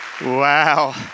Wow